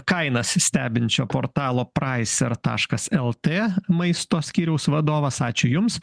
kainas stebinčio portalo praiser taškas el tė maisto skyriaus vadovas ačiū jums